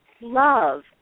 love